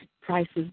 prices